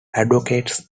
advocates